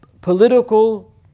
political